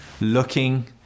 looking